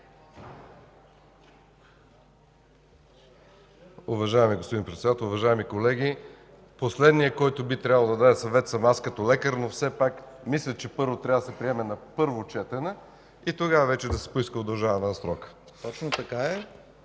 Уважаеми господин Председател, уважаеми колеги! Последният, който би трябвало да дава съвет, съм аз като лекар, но все пак мисля, че Законопроектът трябва да се приеме на първо четене и тогава да се поиска удължаване на срока.